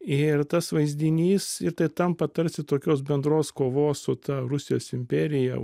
ir tas vaizdinys ir tai tampa tarsi tokios bendros kovos su ta rusijos imperija